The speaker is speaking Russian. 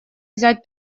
взять